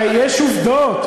הרי יש עובדות.